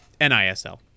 NISL